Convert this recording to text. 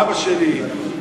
אבא שלי,